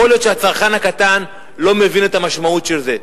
יכול להיות שהצרכן הקטן לא מבין את המשמעות של זה,